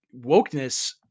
wokeness